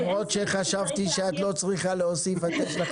למרות שחשבתי שאת לא צריכה להוסיף?